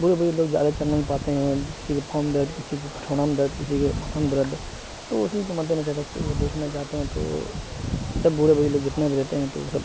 بوڑھے بوڑھے لوگ جادہ چل نہیں پاتے ہیں کسی کے پاؤں میں درد کسی کے کھٹنوں میں درد کسی کے آنکھوں میں درد تو اسی کو مد نظر رکھتے ہوۓ دیکھنا چاہتے ہیں تو سب بوڑھے وہی لوگ جتنا بھی رہتے ہیں تو سب